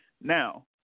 Now